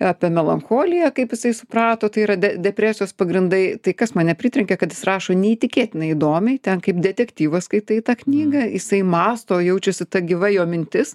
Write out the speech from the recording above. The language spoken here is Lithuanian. apie melancholiją kaip jisai suprato tai yra de depresijos pagrindai tai kas mane pritrenkė kad jis rašo neįtikėtinai įdomiai ten kaip detektyvas skaitai tą knygą jisai mąsto jaučiasi ta gyva jo mintis